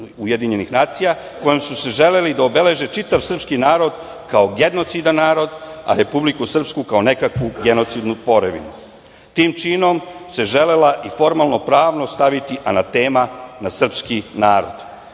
kojom su želeli da obeleže čitav srpski narod kao genocidan naroda, a Republiku Srpsku kao nekakvu genocidnu tvorevinu. Tim činom se želela i formalno-pravno staviti anatema na srpski narod. Osim